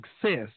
success